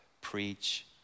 preach